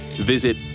Visit